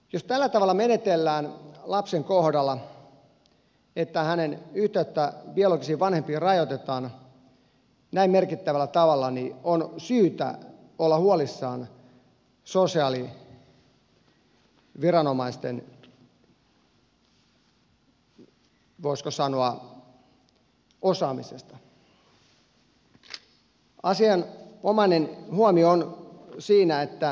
jos tällä tavalla menetellään lapsen kohdalla että hänen yhteyttään biologisiin vanhempiin rajoitetaan näin merkittävällä tavalla niin on syytä olla huolissaan sosiaaliviranomaisten voisiko sanoa osaamisesta